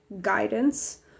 guidance